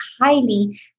highly